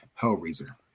hellraiser